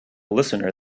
listener